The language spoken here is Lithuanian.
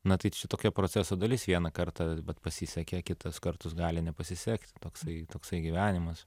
na tai čia tokia proceso dalis vieną kartą va pasisekė kitus kartus gali nepasisekti toksai toksai gyvenimas